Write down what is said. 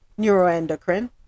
neuroendocrine